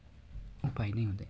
उपाय नै हुँदैन